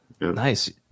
Nice